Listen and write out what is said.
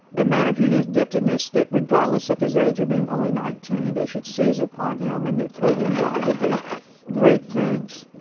a man of unique giftedness, that regardless of his age of being only nineteen, they should seize upon him and that through him god would do great things.